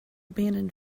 abandon